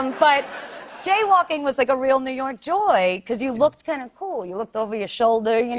um but jaywalking was, like, a real new york joy, because you looked kind of cool. you looked over your shoulder, you know